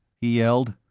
he yelled.